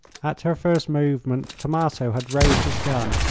at her first movement tommaso had raised his gun,